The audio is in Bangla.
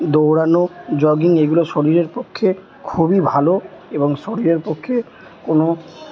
দৌড়ানো জগিং এগুলো শরীরের পক্ষে খুবই ভালো এবং শরীরের পক্ষে কোনো